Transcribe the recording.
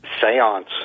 seance